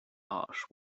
ash